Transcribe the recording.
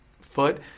foot